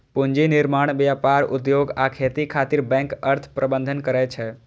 पूंजी निर्माण, व्यापार, उद्योग आ खेती खातिर बैंक अर्थ प्रबंधन करै छै